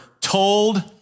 told